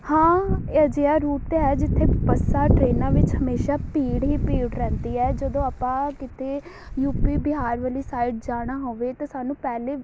ਹਾਂ ਅਜਿਹਾ ਰੂੁਟ ਤਾਂ ਹੈ ਜਿੱਥੇ ਬੱਸਾਂ ਟਰੇਨਾਂ ਵਿੱਚ ਹਮੇਸ਼ਾ ਭੀੜ ਹੀ ਭੀੜ ਰਹਿੰਦੀ ਹੈ ਜਦੋਂ ਆਪਾਂ ਕਿਤੇ ਯੂਪੀ ਬਿਹਾਰ ਵਾਲੀ ਸਾਈਡ ਜਾਣਾ ਹੋਵੇ ਤਾਂ ਸਾਨੂੰ ਪਹਿਲੇ